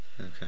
Okay